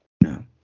No